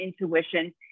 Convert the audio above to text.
intuition